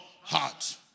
heart